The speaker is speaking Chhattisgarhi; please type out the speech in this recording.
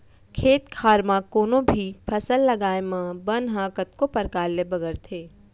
खेत खार म कोनों भी फसल लगाए म बन ह कतको परकार ले बगरथे